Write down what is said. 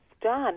done